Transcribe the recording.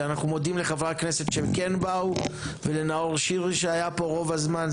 ואנחנו מודים לחברי הכנסת שכן באו ולנאור שירי שהיה פה רוב הזמן,